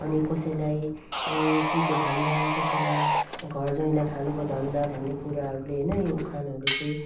अनि कसैलाई केको धन्दा कसैलाई घर ज्वाइँलाई खानुको धन्दा भन्ने कुराहरूले हैन यो उखानहरूले चाहिँ